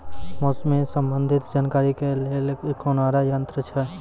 मौसम संबंधी जानकारी ले के लिए कोनोर यन्त्र छ?